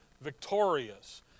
victorious